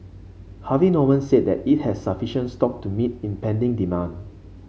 Harvey Norman said that it has sufficient stock to meet impending demand